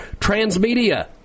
Transmedia